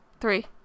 three